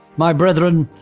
my brethren,